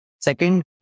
Second